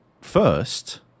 first